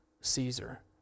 Caesar